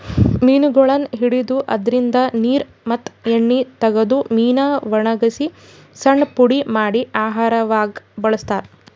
ಮೀನಗೊಳನ್ನ್ ಹಿಡದು ಅದ್ರಿನ್ದ ನೀರ್ ಮತ್ತ್ ಎಣ್ಣಿ ತಗದು ಮೀನಾ ವಣಗಸಿ ಸಣ್ಣ್ ಪುಡಿ ಮಾಡಿ ಆಹಾರವಾಗ್ ಬಳಸ್ತಾರಾ